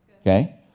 Okay